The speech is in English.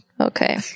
okay